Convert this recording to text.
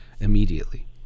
Immediately